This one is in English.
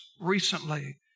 recently